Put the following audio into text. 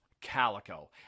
Calico